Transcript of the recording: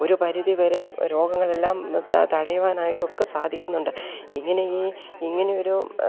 ഒരു പരിധി വരെ രോഗങ്ങളെല്ലാം തടയുവാനായിട്ട് ഒക്കെ സാധിക്കുന്നുണ്ട് ഇങ്ങനെ ഇങ്ങനെയൊരു